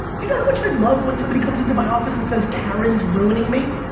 do you know how much i love when somebody comes into my office and says karen's ruining me?